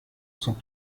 sont